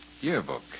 Yearbook